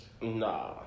Nah